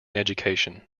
education